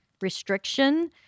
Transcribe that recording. restriction